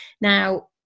now